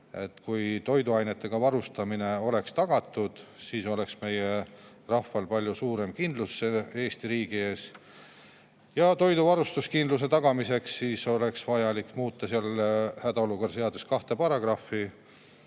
Kui toiduainetega varustamine oleks tagatud, siis oleks meie rahval palju suurem kindlustunne Eesti riigi suhtes. Toiduvarustuskindluse tagamiseks oleks vaja muuta hädaolukorra seaduses kahte paragrahvi.